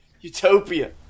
Utopia